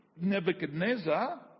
Nebuchadnezzar